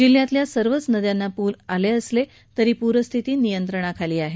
जिल्ह्यातील सर्वच नद्यांना पूर आले असले तरी पूरस्थिती नियंत्रणाखाली आहे